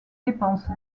dépenses